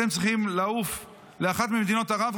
אתם צריכים לעוף לאחת ממדינות ערב,